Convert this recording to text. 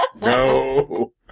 No